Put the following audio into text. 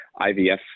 IVF